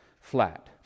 flat